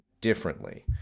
differently